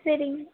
சரிங்க